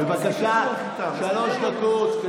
בבקשה, שלוש דקות.